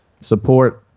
Support